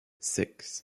six